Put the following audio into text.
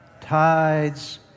tides